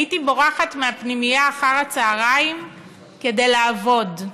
הייתי בורחת מהפנימייה אחר הצהריים כדי לעבוד.